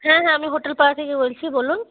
হ্যাঁ হ্যাঁ আমি হোটেল পাড়া থেকে বলছি বলুন